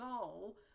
goal